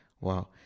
Wow